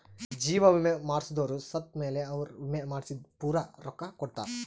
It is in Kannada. ಜೀವ ವಿಮೆ ಮಾಡ್ಸದೊರು ಸತ್ ಮೇಲೆ ಅವ್ರ ವಿಮೆ ಮಾಡ್ಸಿದ್ದು ಪೂರ ರೊಕ್ಕ ಕೊಡ್ತಾರ